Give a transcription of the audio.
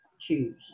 choose